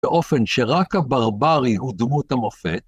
באופן שרק הברברי הוא דמות המופת.